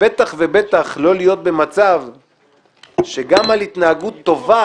ובטח ובטח לא להיות במצב שגם על התנהגות טובה